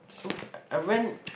oh I went